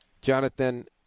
Jonathan